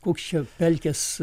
koks čia pelkės